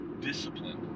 discipline